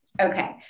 Okay